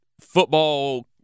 football